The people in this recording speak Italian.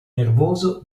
nervoso